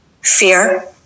Fear